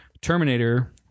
Terminator